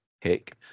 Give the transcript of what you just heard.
Hick